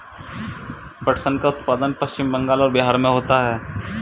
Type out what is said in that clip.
पटसन का उत्पादन पश्चिम बंगाल और बिहार में होता है